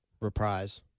Reprise